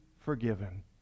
forgiven